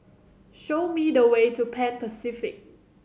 show me the way to Pan Pacific